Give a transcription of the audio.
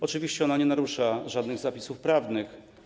Oczywiście ona nie narusza żadnych zapisów prawnych.